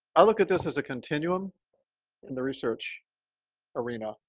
i look at this as a continuum in the research arena.